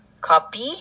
Copy